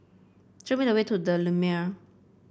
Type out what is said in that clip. show me the way to the Lumiere